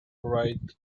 right